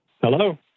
hello